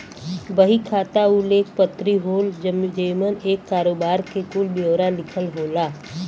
बही खाता उ लेख पत्री होला जेमन एक करोबार के कुल ब्योरा लिखल होला